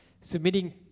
submitting